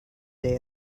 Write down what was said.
day